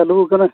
ᱪᱟᱹᱞᱩᱣ ᱠᱟᱱᱟ